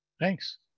Thanks